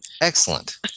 Excellent